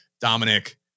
Dominic